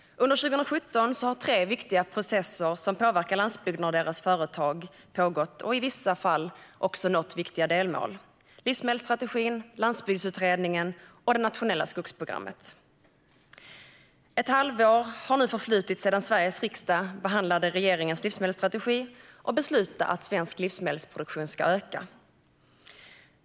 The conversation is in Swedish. Under 2017 har tre viktiga processer som påverkar landsbygderna och deras företag pågått och i vissa fall också nått viktiga delmål. Det rör sig om livsmedelsstrategin, Landsbygdsutredningen och det nationella skogsprogrammet. Ett halvår har förflutit sedan Sveriges riksdag behandlade regeringens livsmedelsstrategi och beslutade att svensk livsmedelsproduktion ska öka.